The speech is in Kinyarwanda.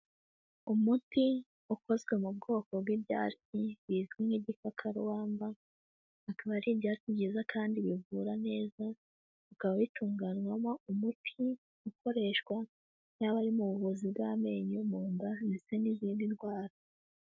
Umuti ukozwe mu bwoko bw'ibyatsi bizwi nk'igikakarubamba, akaba ari ibyatsi byiza kandi bivura neza, bikaba bitunganywamo umuti ukoreshwa yaba ari mu buvuzi bw'amenyo, mu nda, ndetse n'izindi ndwara.